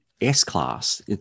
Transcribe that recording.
S-Class